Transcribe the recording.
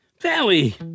Valley